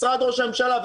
למשרד ראש הממשלה,